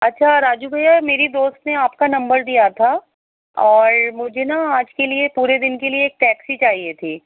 اچھا راجو بھیا میری دوست نے آپ کا نمبر دیا تھا اور مجھے نا آج کے لیے پورے دِن کے لیے ایک ٹیکسی چاہیے تھی